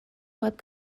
web